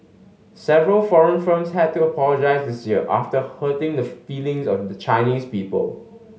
several foreign firms had to apologise this year after hurting the feelings of the Chinese people